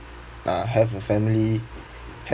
uh have a family